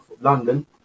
London